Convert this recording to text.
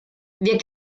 wir